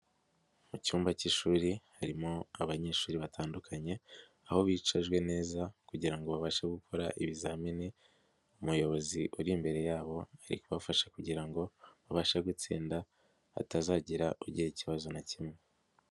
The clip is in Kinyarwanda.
Mu cyumba cy'ishuri harimo abanyeshuri batandukanye aho bicajwe neza kugira ngo babashe gukora ibizamini, umuyobozi uri imbere yabo ari kubafasha kugira ngo babashe gutsinda hatazagira ugira ikibazo na kimwe.